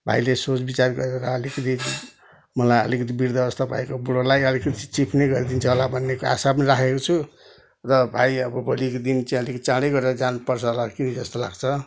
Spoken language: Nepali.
भाइले सोचविचार गरेर अलिकति मलाई अलिकति वृद्ध अवस्था भएको बुढोलाई अलिकति चिप नि गरिदिन्छ होला भन्ने आशा पनि राखेको छु र भाइ अब भोलिको दिन चाहिँ अलिकति चाँडै गरेर जानुपर्छ होला कि जस्तो लाग्छ